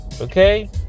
Okay